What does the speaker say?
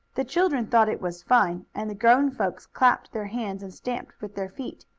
the children thought it was fine, and the grown folks clapped their hands, and stamped with their feet,